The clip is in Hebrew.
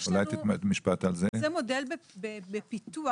זה מודל בפיתוח.